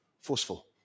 forceful